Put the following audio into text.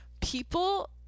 people